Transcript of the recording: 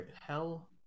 Hell